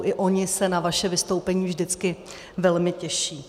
I oni se na vaše vystoupení vždycky velmi těší.